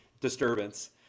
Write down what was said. Disturbance